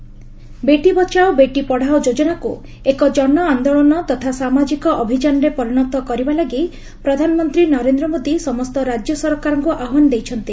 PM BBBP Beti Bachao Beti Padhao ଯୋଜନାକୁ ଏକ ଜନଆନ୍ଦୋଳନ ତଥା ସାମାଜିକ ଅଭିଯାନରେ ପରିଣତ କରିବା ଲାଗି ପ୍ରଧାନମନ୍ତ୍ରୀ ନରେନ୍ଦ୍ର ମୋଦି ସମସ୍ତ ରାଜ୍ୟ ସରକାରଙ୍କୁ ଆହ୍ୱାନ ଦେଇଛନ୍ତି